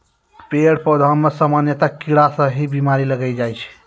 पेड़ पौधा मॅ सामान्यतया कीड़ा स ही बीमारी लागी जाय छै